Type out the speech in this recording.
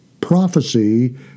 prophecy